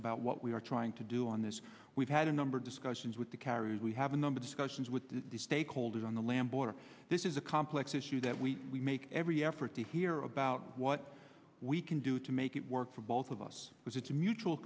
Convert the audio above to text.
about what we are trying to do on this we've had a number of discussions with the carriers we have a number discussions with the stakeholders on the land border this is a complex issue that we make every effort to hear about what we can do to make it work for both of us because it's a mutual